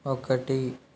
ఒకటి